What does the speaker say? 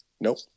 Nope